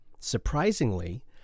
Surprisingly